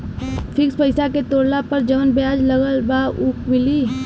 Fix पैसा के तोड़ला पर जवन ब्याज लगल बा उ मिली?